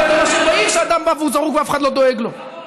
אבל כשרואים שאדם בא והוא זרוק ואף אחד לא דואג לו,